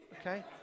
okay